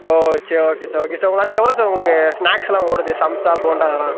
ஓ சரி okay sir okay sir ஒரு நாளைக்கு எவ்வளோ சார் உங்களுக்கு ஸ்நேக்ஸுலாம் ஓடுது சம்சா போண்டா அதெல்லாம்